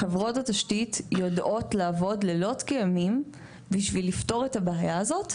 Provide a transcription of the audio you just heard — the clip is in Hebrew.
חברות התשתית יודעות לעבוד לילות כימים בשביל לפתור את הבעיה הזאת.